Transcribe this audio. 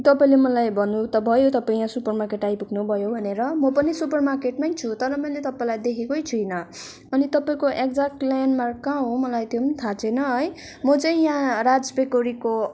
तपाईँले मलाई भन्नु त भयो तपाईँ यहाँ सुपर मार्केट आइपुग्नु भयो भनेर म पनि सुपर मार्केटमै छु तर मैले तपाईँलाई देखेकै छुइनँ अनि तपाईँको एक्जेक्ट लयान्ड मार्क कहाँ हो मलाई त्यो पनि थाहा छैन है म चाहिँ यहाँ राज बेकरीको